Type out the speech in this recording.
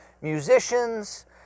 musicians